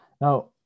Now